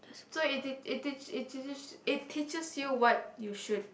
so it teach it teach it teaches it teaches you what you should